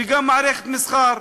וגם מערכת מסחר.